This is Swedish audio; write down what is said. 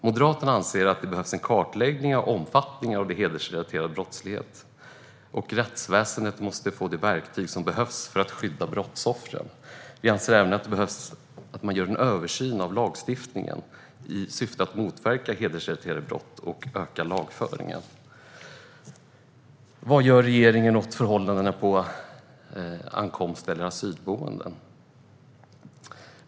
Moderaterna anser att det behövs en kartläggning av omfattningen av hedersrelaterad brottslighet. Rättsväsendet måste få de verktyg som behövs för att skydda brottsoffren. Vi anser även att man behöver göra en översyn av lagstiftningen i syfte att motverka hedersrelaterade brott och öka lagföringen. Vad gör regeringen åt förhållandena på ankomst och asylboenden?